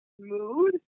mood